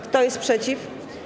Kto jest przeciw?